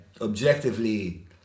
Objectively